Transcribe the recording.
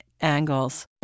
angles